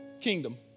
Kingdom